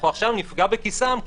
עכשיו אנחנו נפגע בכיסם,